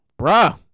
bruh